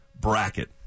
bracket